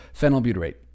phenylbutyrate